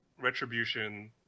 Retribution